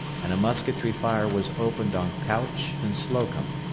and a musketry fire was opened on couch and slocum